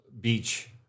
beach